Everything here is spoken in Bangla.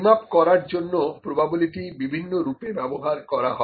পরিমাপ করার জন্য প্রোবাবিলিটি বিভিন্ন রূপে ব্যবহার করা হয়